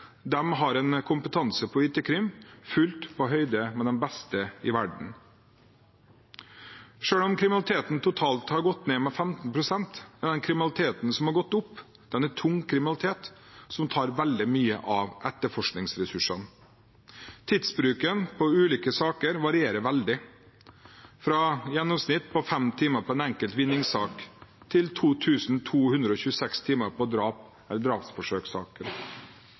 har en kompetanse på IT-krim som er fullt på høyde med de beste i verden. Selv om kriminaliteten totalt har gått ned med 15 pst., er den kriminaliteten som har gått opp, tung kriminalitet, som tar veldig mye av etterforskningsressursene. Tidsbruken på ulike saker varierer veldig, fra et gjennomsnitt på fem timer på en enkelt vinningssak til 2 226 timer på draps- eller